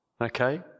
Okay